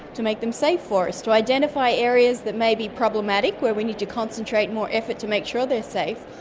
to make them safe for us, to identify areas that may be problematic where we need to concentrate more effort to make sure they're safe,